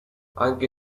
anche